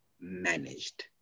managed